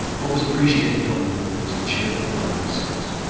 what was appreciated of them was cheerful common sense.